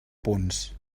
punts